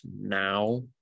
now